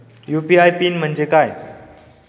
UPI PIN म्हणजे काय?